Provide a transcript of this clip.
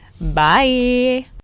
Bye